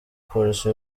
polisi